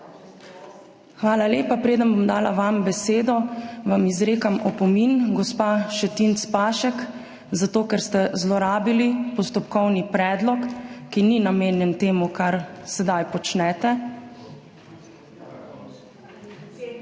Hvala lepa. Preden vam bom dala besedo, vam izrekam opomin, gospa Šetinc Pašek, zato ker ste zlorabili postopkovni predlog, ki ni namenjen temu, kar sedaj počnete. Druga stvar,